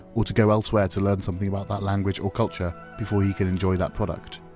or to go elsewhere to learn something about that language or culture before he can enjoy that product?